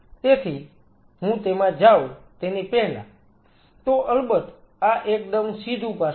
તેથી હું તેમાં જાઉં તેની પહેલાં તો અલબત્ત આ એકદમ સીધું પાસું છે